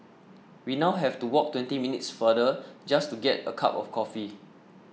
we now have to walk twenty minutes farther just to get a cup of coffee